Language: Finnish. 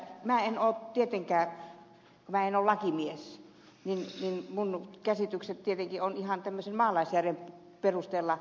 kun en ole tietenkään lakimies niin käsitykseni tietenkin ovat ihan tämmöisen maalaisjärjen perusteella syntyneitä